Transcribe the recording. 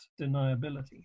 deniability